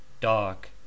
Dark